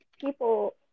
people